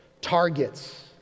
targets